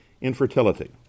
infertility